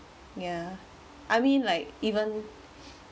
ya I mean like even